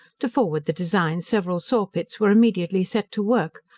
to forward the design, several saw-pits were immediately set to work,